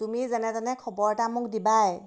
তুমি যেনে যেনে খবৰ এটা মোক দিবাই